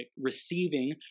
receiving